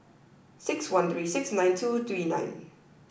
six one three six nine two three nine